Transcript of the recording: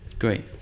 Great